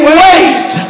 wait